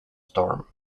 storm